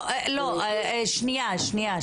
לא, שניה.